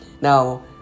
Now